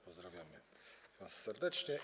Pozdrawiamy was serdecznie.